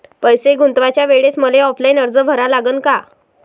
पैसे गुंतवाच्या वेळेसं मले ऑफलाईन अर्ज भरा लागन का?